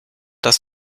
das